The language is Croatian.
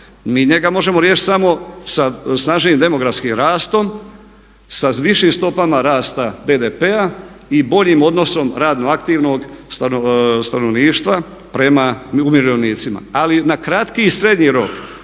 Mi njega možemo riješiti samo sa snažnim demografskim rastom, sa višim stopama rasta BDP-a i boljim odnosom radno aktivnog stanovništva prema umirovljenicima. Ali na kratki srednji rok